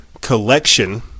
collection